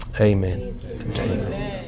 Amen